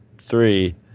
three